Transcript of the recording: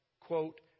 quote